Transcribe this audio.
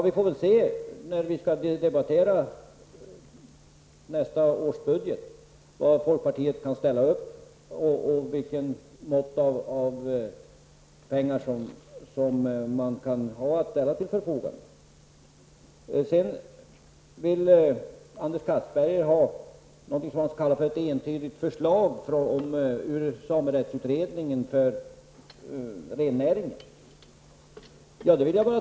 Vi får väl se när vi skall debattera nästa års budget vad folkpartiet kan ställa upp med och vilket mått av pengar som man kan ha att ställa till förfogande. Vidare vill Anders Castberger ha någonting som han kallar för ett entydigt förslag från samerättsutredningen för rennäringen.